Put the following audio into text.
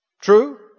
True